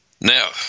Now